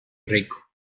rico